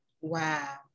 Wow